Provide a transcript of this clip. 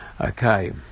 Okay